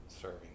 serving